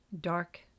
Dark